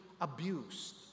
abused